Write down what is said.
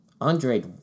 Andre